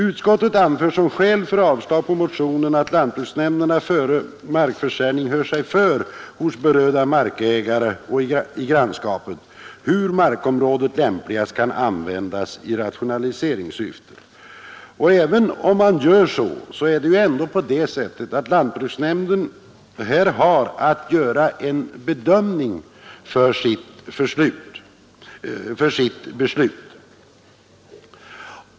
Utskottet anför som skäl för avslag på motionen att lantbruksnämnderna före markförsäljning hör sig för hos berörda markägare i grannskapet om hur markområdet lämpligast kan användas i rationaliseringssyfte. Men även om man så gör, har lantbruksnämnden här att göra en bedömning för sitt beslut.